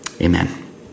Amen